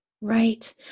Right